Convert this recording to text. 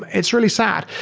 it's really sad.